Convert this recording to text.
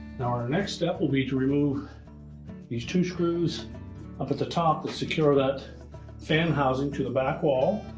now, our next step will be to remove these two screws up at the top that secure that fan housing to the back wall.